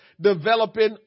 developing